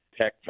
tech